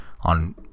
On